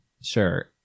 Sure